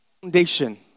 foundation